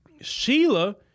Sheila